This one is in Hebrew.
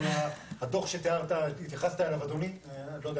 אבל הדו"ח שהתייחסת אליו, אדוני אני לא יודע